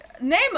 Name